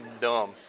dumb